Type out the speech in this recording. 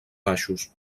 baixos